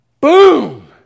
Boom